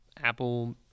Apple